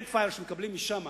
ה-backfire שמקבלים משם,